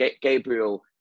Gabriel